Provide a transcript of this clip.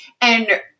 And-